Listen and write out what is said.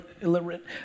illiterate